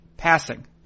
passing